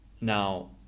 Now